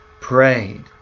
prayed